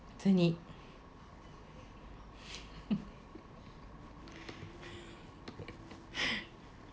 zi-ni